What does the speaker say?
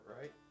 right